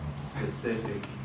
specific